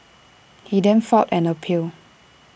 he then filed an appeal